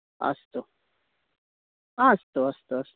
अस्तु हा अस्तु अस्तु अस्तु